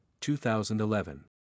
2011